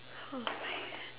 oh